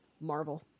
Marvel